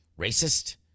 racist